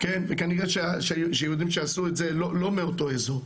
וכנראה שהיהודים שעשו את זה לא מאותו איזור,